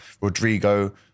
Rodrigo